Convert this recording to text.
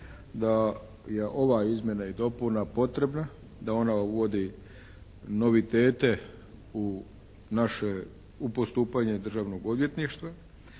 da je ova izmjena i dopuna potrebna, da ona uvodi novitete u naše, u postupanje Državnog odvjetništva,